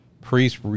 priests